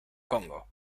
congo